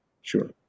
Sure